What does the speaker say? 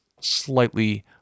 slightly